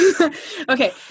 Okay